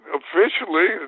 officially